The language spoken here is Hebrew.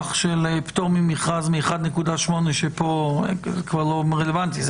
של פטור ממכרז מ-1.8 שפה כבר לא רלוונטי,